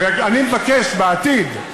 אני מבקש בעתיד,